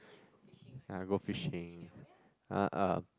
yeah go fishing uh uh